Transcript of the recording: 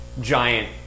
giant